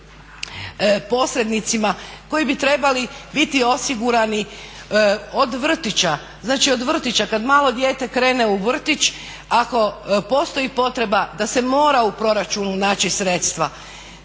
posrednicima koji bi trebali biti osigurani od vrtića, znači od vrtića kad malo dijete krene u vrtić ako postoji potreba da se mora u proračunu naći sredstva.